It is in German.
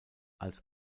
als